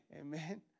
Amen